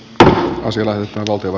tää on sellainen sopiva